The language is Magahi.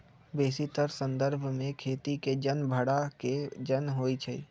बेशीतर संदर्भ में खेती के जन भड़ा के जन होइ छइ